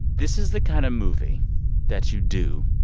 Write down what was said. this is the kind of movie that you do,